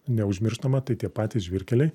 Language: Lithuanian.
neužmirštama tai tie patys žvyrkeliai